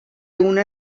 una